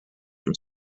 from